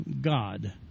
God